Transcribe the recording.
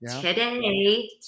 Today